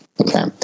Okay